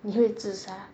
你会自杀